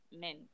men